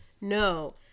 no